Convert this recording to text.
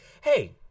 hey